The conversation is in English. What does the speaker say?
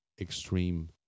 extreme